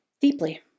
deeply